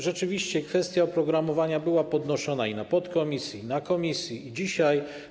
Rzeczywiście kwestia oprogramowania była podnoszona w podkomisji i w komisji, i dzisiaj.